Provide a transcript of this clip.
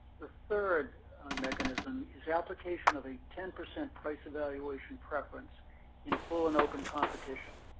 the third mechanism is application of a ten percent price evaluation preference in full and open competition.